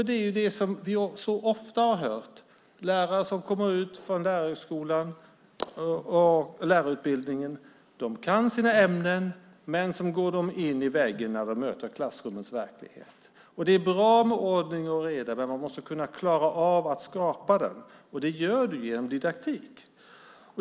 Det är ju det som vi så ofta har hört; lärare som kommer ut från Lärarhögskolan, lärarutbildningen, kan sina ämnen men så går de in i väggen när de möter klassrummens verklighet. Det är bra med ordning och reda men du ska klara av att skapa den, och det gör du genom didaktik.